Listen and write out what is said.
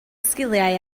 sgiliau